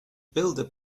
builder